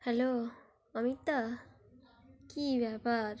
hello অমিতদা কী ব্যাপার